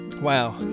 Wow